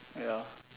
ya